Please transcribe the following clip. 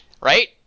right